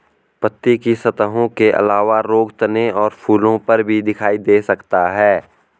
पत्ती की सतहों के अलावा रोग तने और फूलों पर भी दिखाई दे सकता है